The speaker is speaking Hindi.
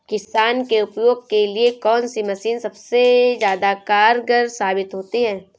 किसान के उपयोग के लिए कौन सी मशीन सबसे ज्यादा कारगर साबित होती है?